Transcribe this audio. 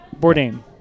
Bourdain